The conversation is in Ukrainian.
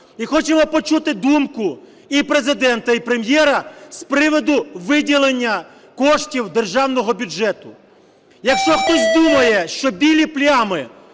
І хочемо почути думку і Президента і Прем'єра з приводу виділення коштів державного бюджету. Якщо хтось думає, що білі плями